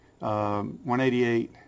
188